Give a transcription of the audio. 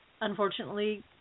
Unfortunately